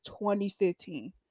2015